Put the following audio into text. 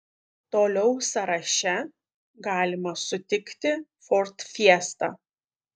toliau sąraše galima sutikti ford fiesta